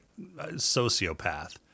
sociopath